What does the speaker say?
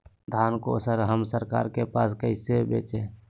धान को हम सरकार के पास कैसे बेंचे?